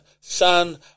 son